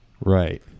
Right